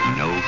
no